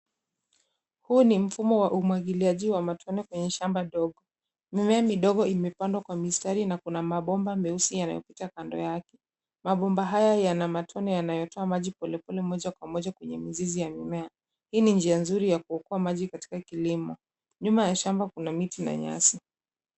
Huu ni mfumo wa umwagiliaji wa matone kwenye shamba ndogo. Mimea midogo imepandwa kwa mistari na kuna mabomba meusi yamepita kando yake. Mabomba hayo yana matone yanayotoa maji polepole moja kwa moja kwenye mizizi ya mimea. Hii ni njia nzuri ya kuokoa maji katika kilimo. Nyuma ya shamba kuna miti na nyasi.